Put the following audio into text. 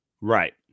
right